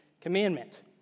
Commandment